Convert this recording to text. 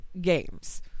games